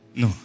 no